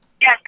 Yes